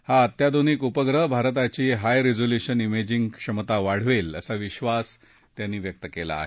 हा अत्याधुनिक उपग्रह भारताची हाय रिझॉल्युशन मेजिंग क्षमता वाढवेल असा विधास त्यांनी व्यक्त केला आहे